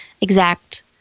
exact